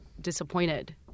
disappointed